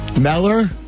Meller